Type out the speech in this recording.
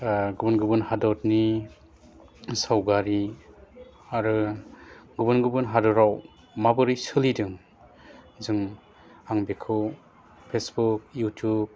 ओह गुबुन गुबुन हाददनि सावगारि आरो गुबुन गुबुन हादोराव माबोरै सोलिदों जों आं बेखौ पेसबुक इउटुब